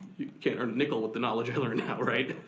can't earn a nickel with the knowledge i learned, now right?